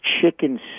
chicken